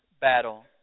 battle